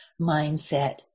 mindset